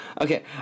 Okay